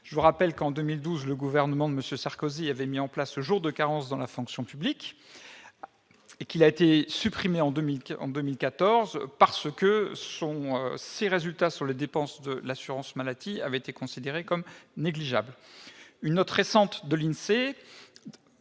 Je rappelle que, en 2012, le gouvernement de M. Sarkozy avait mis en place le jour de carence dans la fonction publique. Il a été supprimé en 2014, son impact sur les dépenses de l'assurance maladie ayant été considéré comme négligeable. Une note récente de l'INSEE